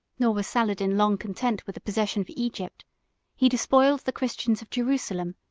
nor was saladin long content with the possession of egypt he despoiled the christians of jerusalem,